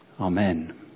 Amen